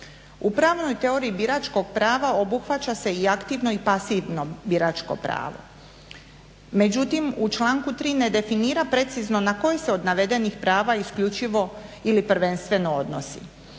U pravnoj teoriji biračkog prava obuhvaća se i aktivno i pasivno biračko pravo, međutim u čanku 3. ne definira precizno na koji se od navedenih prava isključivo ili prvenstveno odnosi.